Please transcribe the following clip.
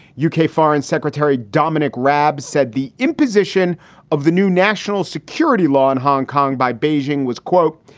u k. foreign secretary dominic rabs said the imposition of the new national security law in hong kong by beijing was, quote,